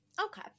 Okay